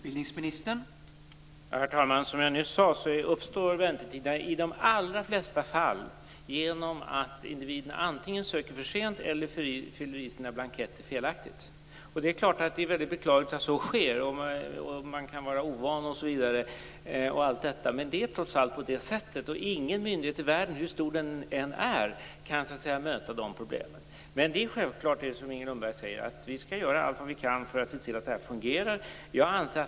Herr talman! Som jag nyss sade, uppstår väntetiderna i de allra flesta fall genom att individerna antingen söker för sent eller fyller i sina blanketter felaktigt. Det är beklagligt att så sker, på grund av att man är ovan osv., men det är trots allt på det sättet. Ingen myndighet i världen, hur stor den än är, kan möta de problemen. Vi skall självfallet, som Inger Lundberg säger, göra allt vad vi kan för att se till att det här fungerar.